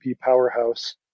powerhouse